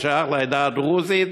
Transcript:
שזה שייך לעדה הדרוזית,